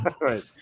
Right